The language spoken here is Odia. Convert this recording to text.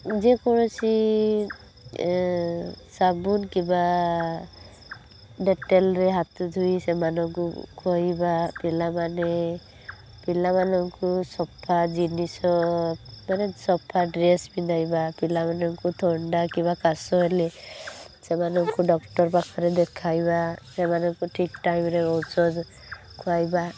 ଯେ କୌଣସି ସାବୁନ କିମ୍ବା ଡେଟେଲ୍ରେ ହାତ ଧୋଇ ସେମାନଙ୍କୁ ଖୁଆଇବା ପିଲାମାନେ ପିଲାମାନଙ୍କୁ ସଫା ଜିନିଷ ମାନେ ସଫା ଡ୍ରେସ୍ ପିନ୍ଧାଇବା ପିଲାମାନଙ୍କୁ ଥଣ୍ଡା କିମ୍ବା କାଶ ହେଲେ ସେମାନଙ୍କୁ ଡକ୍ଟର ପାଖରେ ଦେଖାଇବା ସେମାନଙ୍କୁ ଠିକ୍ ଟାଇମ୍ରେ ଔଷଧ ଖୁଆଇବା